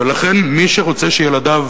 ולכן, מי שרוצה שילדיו